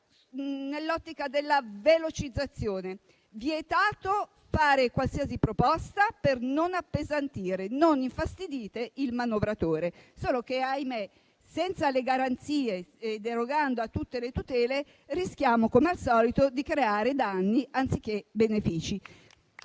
nell'ottica della velocizzazione. Vietato fare qualsiasi proposta per non appesantire, non infastidite il manovratore. Solo che - ahimè - senza le garanzie e derogando a tutte le tutele, rischiamo, come al solito, di creare danni anziché benefici.